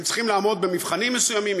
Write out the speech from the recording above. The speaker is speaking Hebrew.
הם צריכים לעמוד במבחנים מסוימים,